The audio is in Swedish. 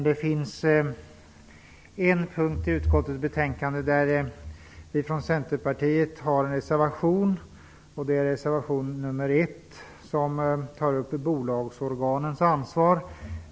Det finns en punkt i betänkandet där Centerpartiet har en reservation, reservation nr 1, i vilken vi tar upp bolagsorganens ansvar.